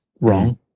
wrong